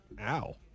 Ow